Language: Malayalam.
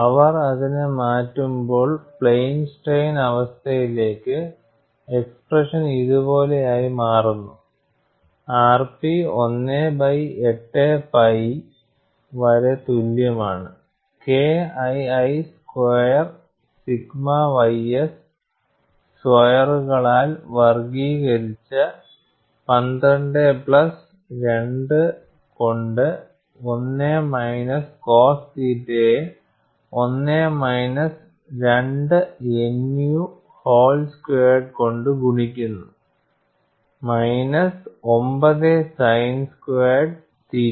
അവർ അതിനെ മാറ്റുമ്പോൾ പ്ലെയിൻ സ്ട്രെയിൻ അവസ്ഥയിലേക്ക് എക്സ്പ്രഷൻ ഇതുപോലെയായി മാറുന്നു rp 1 ബൈ 8 പൈ വരെ തുല്യമാണ് KII സ്ക്വയർ സിഗ്മ ys സ്ക്വയറുകളാൽ വർഗ്ഗീകരിച്ച് 12 പ്ലസ് 2 കൊണ്ട് 1 മൈനസ് കോസ് തീറ്റയെ 1 minus 2 nu whole squared whole squared കൊണ്ട് ഗുണിക്കുന്നു മൈനസ് 9 സൈൻ സ്ക്വയേർഡ് തീറ്റ